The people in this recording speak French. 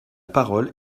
parole